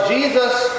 Jesus